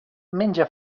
menja